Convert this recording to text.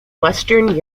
western